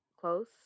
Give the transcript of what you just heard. close